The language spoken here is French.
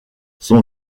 son